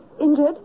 injured